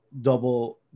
double